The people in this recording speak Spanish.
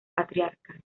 patriarca